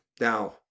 Now